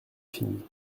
fini